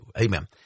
Amen